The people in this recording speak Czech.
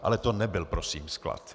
Ale to nebyl prosím sklad.